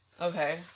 Okay